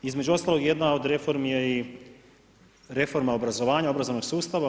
Između ostalog, jedna od reformi je i reforma obrazovanja, obrazovnog sustava.